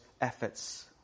efforts